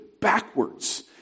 backwards